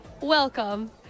Welcome